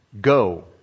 Go